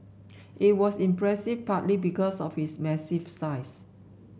it was impressive partly because of its massive size